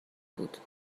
بود